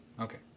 okay